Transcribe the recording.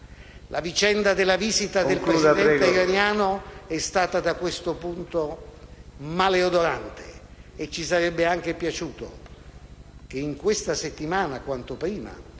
La vicenda della visita del Presidente iraniano è stata, da questo punto di vista, maleodorante. E ci sarebbe anche piaciuto che in questa settimana - o quanto prima